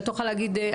אתה תוכל להגיד.